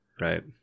Right